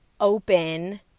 open